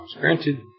Granted